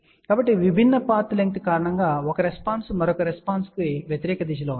కాబట్టి విభిన్న path length కారణంగా ఒక రెస్పాన్స్ మరొక రెస్పాన్స్ కు వ్యతిరేక దిశలో ఉంటుంది